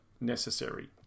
necessary